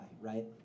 right